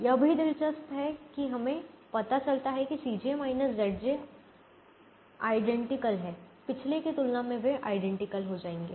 यह भी दिलचस्प है कि हमें पता चलता है कि आईडेंटिकल हैं पिछले की तुलना में वे आईडेंटिकल हो जाएंगे